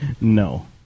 No